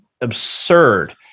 absurd